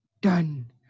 done